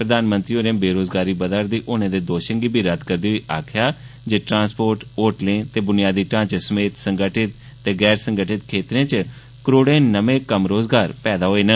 प्रधानमंत्री होरें बेरोजगारी बधा रदी होने दे दोशें गी रद्द करदे होई आखेआ जे ट्रांसपोर्ट होटलें ते बुनियादी ढांचे समेत संगठित ते गैर संगठित क्षेत्रें च करोड़ें नमें कम्म रोजगार पैदा होए न